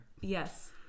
Yes